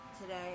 today